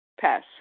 Pass